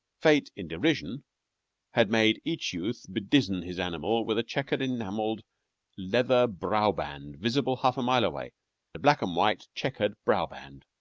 fate in derision had made each youth bedizen his animal with a checkered enamelled leather brow-band visible half a mile away a black-and-white checkered brow-band!